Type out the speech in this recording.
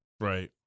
Right